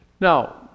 Now